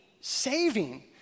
saving